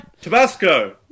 Tabasco